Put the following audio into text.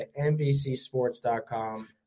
NBCSports.com